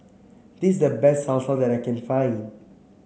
this the best Salsa that I can find